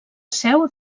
seu